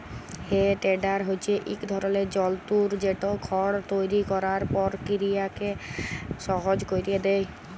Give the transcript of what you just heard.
হে টেডার হছে ইক ধরলের যল্তর যেট খড় তৈরি ক্যরার পকিরিয়াকে সহজ ক্যইরে দেঁই